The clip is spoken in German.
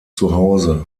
zuhause